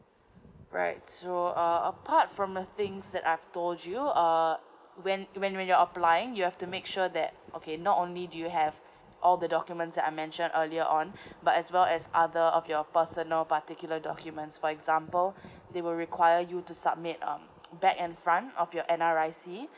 alright so uh apart from the things that I've told you uh when when you're applying you have to make sure that okay not only do you have all the documents that I mentioned earlier on but as well as other of your personal particular documents for example they will require you to submit um back and front of your NRIC